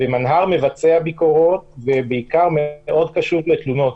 מנה"ר מבצע ביקורות ומאוד קשוב לתלונות.